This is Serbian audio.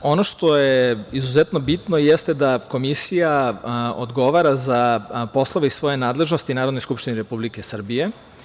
Ono što je izuzetno bitno jeste da Komisija odgovara za poslove iz svoje nadležnosti Narodnoj skupštini Republike Srbije.